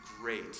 great